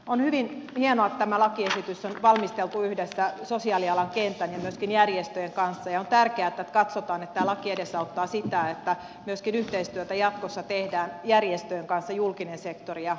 on hyvin hienoa että tämä lakiesitys on valmisteltu yhdessä sosiaalialan kentän ja myöskin järjestöjen kanssa ja on tärkeää että katsotaan että tämä laki edesauttaa sitä että julkinen sektori ja yritykset tekevät yhteistyötä myöskin jatkossa järjestöjen kanssa